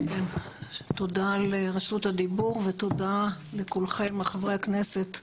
תודה על רשות הדיבור ותודה לכולכם, חברי הכנסת,